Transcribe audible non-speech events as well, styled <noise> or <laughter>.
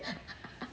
<laughs>